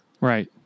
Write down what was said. Right